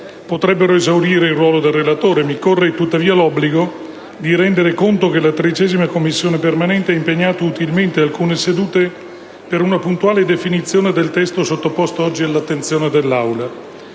potrebbero esaurire il ruolo del relatore. Mi corre, tuttavia, l'obbligo di rendere conto che la 13a Commissione permanente ha impegnato utilmente alcune sedute per una puntuale definizione del testo sottoposto oggi all'attenzione dell'Aula.